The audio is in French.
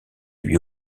lui